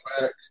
back